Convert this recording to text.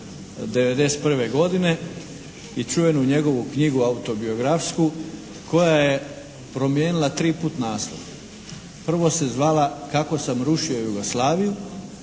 '91. godine i čuvenu njegovu knjigu, autobiografsku, koja je promijenila tri puta naslov. Prvo se zvala "Kako sam rušio Jugoslaviju",